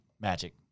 magic